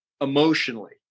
emotionally